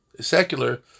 secular